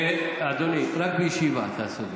אדוני, רק בישיבה תעשה זאת.